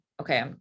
okay